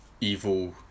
evil